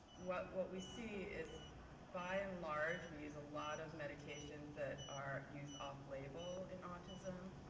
what what we see is by and large, we use a lot of medications that are used off label in autism.